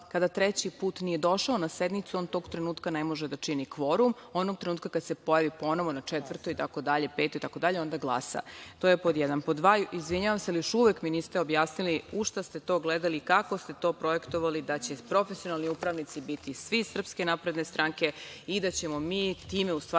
treći put nije došao na sednicu, on tog trenutka ne može da čini kvorum. Onog trenutka kada se ponovo pojavi, na četvrtoj, petoj itd, onda glasa. To je pod jedan. Pod dva, izvinjavam se, još uvek mi niste objasnili u šta ste to gledali, kako ste to projektovali da će profesionalni upravnici biti svi iz SNS i da ćemo mi time u stvari